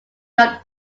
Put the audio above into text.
your